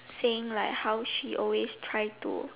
saying like how she always try to